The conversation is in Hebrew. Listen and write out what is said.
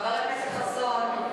חבר הכנסת חסון,